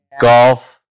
golf